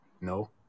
No